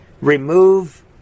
remove